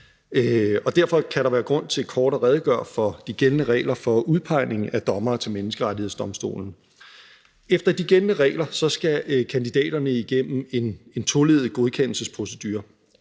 derfor kan der være grund til kort at redegøre for de gældende regler for udpegning af dommere til Menneskerettighedsdomstolen. Kl. 18:09 Efter de gældende regler skal kandidaterne igennem en toleddet godkendelsesprocedure.